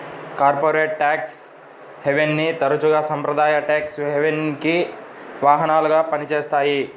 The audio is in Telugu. కార్పొరేట్ ట్యాక్స్ హెవెన్ని తరచుగా సాంప్రదాయ ట్యేక్స్ హెవెన్కి వాహనాలుగా పనిచేస్తాయి